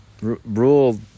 rule